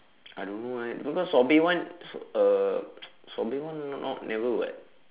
I don't know eh because sobri one s~ uh sobri one not never [what]